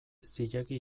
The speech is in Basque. zilegi